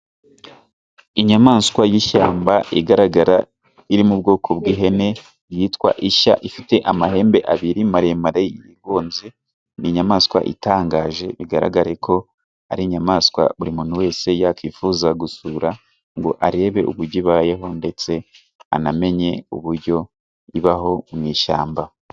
Inyamaswa y'ishyamba igaragara, iri mu bwoko bw'ihene yitwa ishya, ifite amahembe abiri maremare yigonze, ni inyamaswa itangaje, bigaragara ko ari inyamaswa buri muntu wese yakwifuza gusura, ngo arebe ubujyo ibayeho, ndetse anamenye ubujyo ibaho mu ishyamba.